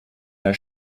der